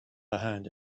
behind